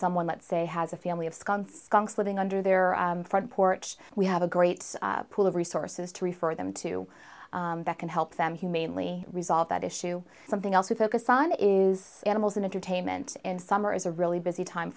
someone let's say has a family of scum living under their front porch we have a great pool of resources to refer them to that can help them humanely resolve that issue something else we focus on is animals and entertainment in summer is a really busy time